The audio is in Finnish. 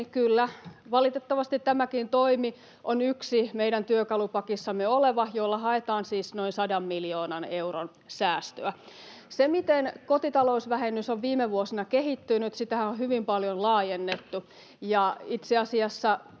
niin kyllä, valitettavasti tämäkin toimi on yksi meidän työkalupakissamme oleva, jolla haetaan siis noin 100 miljoonan euron säästöä. Siitä, miten kotitalousvähennys on viime vuosina kehittynyt: sitähän on hyvin paljon laajennettu, [Puhemies